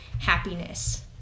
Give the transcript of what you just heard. happiness